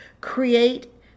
create